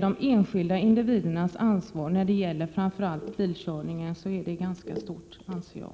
De enskilda individernas ansvar när det gäller framför allt bilkörning är ganska stort, anser jag.